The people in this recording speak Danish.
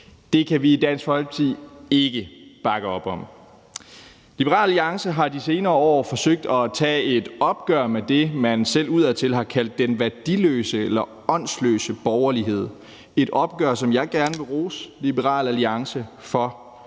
Det kan vi i Dansk Folkeparti ikke bakke op om. Liberal Alliance har i de senere år forsøgt at tage et opgør med det, man selv udadtil har kaldt den værdiløse eller åndsløse borgerlighed. Det er et opgør, som jeg gerne vil rose Liberal Alliance for.